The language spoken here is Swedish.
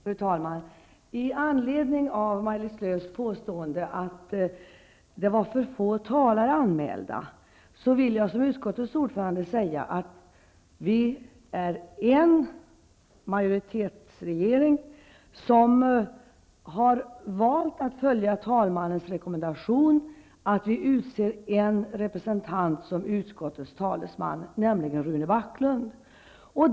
Fru talman! I anledning av Maj-Lis Lööws påpekande att det var få talare anmälda vill jag som utskottets ordförande säga att utskottsmajoriteten, som består av företrädarna för de fyra regeringspartierna, har valt att följa talmannens rekommendation att utse en representant att föra utskottets talan, nämligen Rune Backlund.